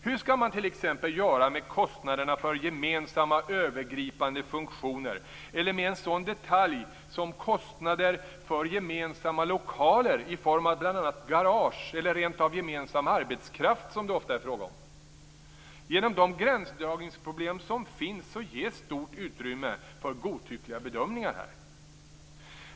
Hur skall man t.ex. göra med kostnaderna för gemensamma övergripande funktioner eller med en sådan detalj som kostnader för gemensamma lokaler i form av bl.a. garage - eller rent av gemensam arbetskraft som det ofta är fråga om? Genom de gränsdragningsproblem som finns ges här ett stort utrymme för godtyckliga bedömningar.